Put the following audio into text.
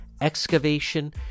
excavation